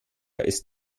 ist